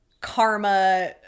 karma